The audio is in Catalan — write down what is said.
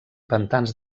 pantans